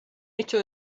hecho